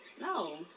no